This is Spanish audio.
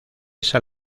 esa